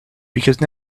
because